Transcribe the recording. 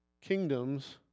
kingdoms